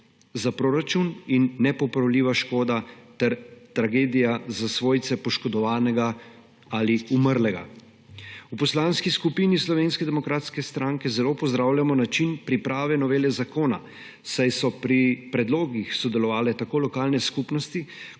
za proračun in nepopravljiva škoda ter tragedija za svojce poškodovanega ali umrlega. V Poslanski skupini SDS zelo pozdravljamo način priprave novele zakona, saj so pri predlogih sodelovale tako lokalne skupnosti,